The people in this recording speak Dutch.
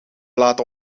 laten